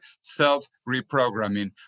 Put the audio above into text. self-reprogramming